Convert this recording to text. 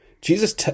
jesus